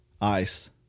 ice